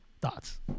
thoughts